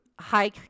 High